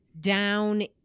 down